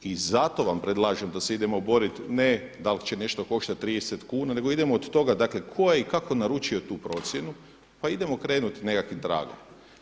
I zato vam predlažem da se idemo boriti ne da li će nešto koštati 30 kuna nego idemo od toga dakle tko je i kako naručio tu procjenu, pa idemo krenuti nekakvih tragom.